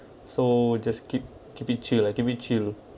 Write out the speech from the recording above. so just keep keep it chill lah keep it chill